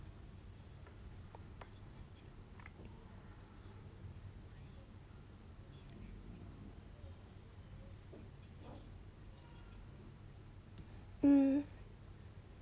mm